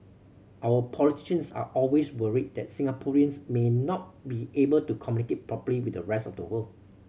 our politicians are always worried that Singaporeans may not be able to communicate properly with the rest of the world